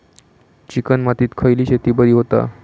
Chicken मातीत खयली शेती बरी होता?